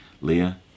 Leah